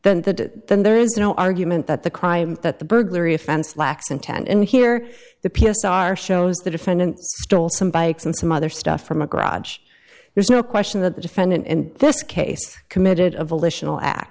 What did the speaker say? then that there is no argument that the crime that the burglary offense lacks intent and here the p s r shows the defendant stole some bikes and some other stuff from a garage there's no question that the defendant in this case committed of alicia will act